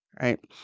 right